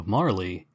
Marley